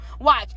watch